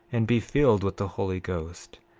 and be filled with the holy ghost,